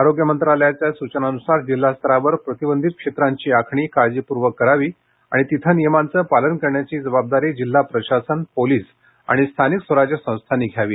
आरोग्य मंत्रालयाच्या सूचनांनुसार जिल्हा स्तरावर प्रतिबंधित क्षेत्रांची आखणी काळजीपूर्वक करावी आणि तिथं नियमांचं पालन करण्याची जबाबदारी जिल्हा प्रशासन पोलीस आणि स्थानिक स्वराज्य संस्थांनी घ्यावी